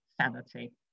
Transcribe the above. sanity